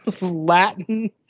Latin